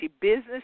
business